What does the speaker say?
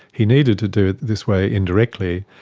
he needed to do this way indirectly,